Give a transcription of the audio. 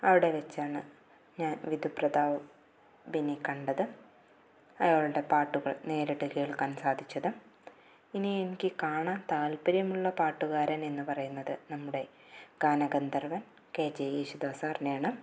അവിടെ വച്ചാണ് ഞാൻ വിധുപ്രതാപിനെ കണ്ടത് അയാളുടെ പാട്ടുകൾ നേരിട്ട് കേൾക്കാൻ സാധിച്ചത് ഇനി എനിക്ക് കാണാൻ താല്പര്യമുള്ള പാട്ടുകാരനെന്നു പറയുന്നത് നമ്മുടെ ഗാന ഗന്ധർവ്വൻ കെ ജെ യേശുദാസ് സാറിനെ ആണ്